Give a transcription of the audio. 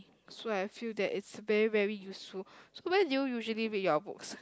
so I feel that it's very very useful so where do you usually read your books